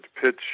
pitch